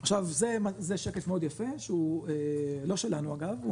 עכשיו זה שקף מאוד יפה שהוא לא שלנו אגב,